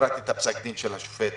וקראתי את פסק הדין של השופט